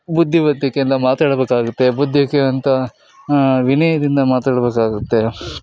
ಬುದ್ಧಿವಂತಿಕೆಯಿಂದ ಮಾತಾಡ್ಬೇಕಾಗುತ್ತೆ ಬುದ್ಧಿಕೆ ಅಂತ ವಿನಯದಿಂದ ಮಾತಾಡಬೇಕಾಗತ್ತೆ